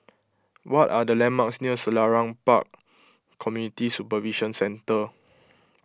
what are the landmarks near Selarang Park Community Supervision Centre